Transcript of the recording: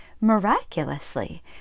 Miraculously